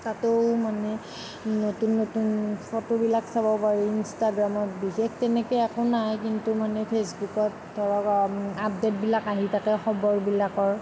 তাতো মানে নতুন নতুন ফটোবিলাক চাব পাৰি ইনষ্টাগ্ৰামত বিশেষ তেনেকে একো নাই কিন্তু মানে ফেচবুকত ধৰক আপডেটবিলাক আহি থাকে খবৰবিলাকৰ